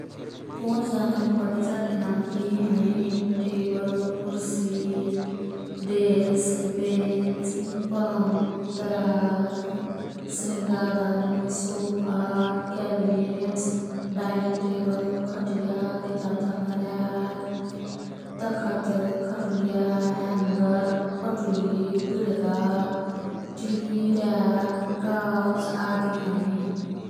मोर् जानल फर्निचरके नाम यी हैं। टेबल, कुर्सी, डेस्क, बेन्च, पलंग, दराज, श्रिंगारदानी, सोफा, क्याबिनेट, डाइनिंग टेबल, खटिया, किताब धर्ना र्याक, तखत, खटुल्या, ह्यांगर, पटुली, पिर्का, टिबी र्याक, काउच आदि।